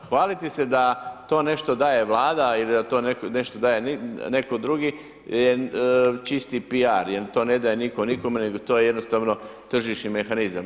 Hvaliti se da to nešto daje Vlada i da to nešto daje neko drugi je čisti piar, jer to ne daje nitko nikome nego to je jednostavno tržišni mehanizam.